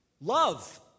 Love